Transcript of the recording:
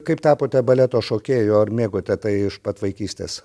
kaip tapote baleto šokėju ar mėgote tai iš pat vaikystės